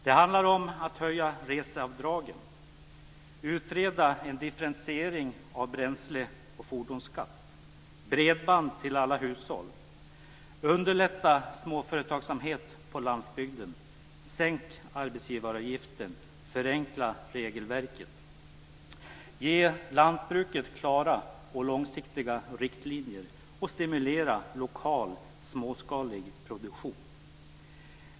Det handlar om att höja reseavdragen, om att utreda en differentiering av bränsle och fordonsskatt och om bredband till alla hushåll. Det handlar också om att underlätta småföretagsamhet på landsbygden, om att sänka arbetsgivaravgiften och om att förenkla regelverket. Ge lantbruket klara och långsiktiga riktlinjer och stimulera lokal, småskalig produktion.